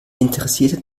interessierte